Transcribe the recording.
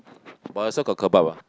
but also got kebab ah